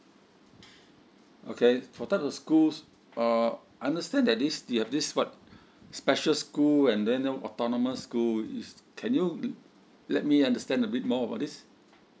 okay for type of schools uh understand that this uh this what special school and then autonomous school is can you let me understand a bit more about this